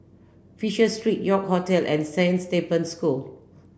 Fisher Street York Hotel and Saint Stephen's School